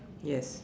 yes